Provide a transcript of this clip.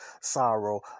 sorrow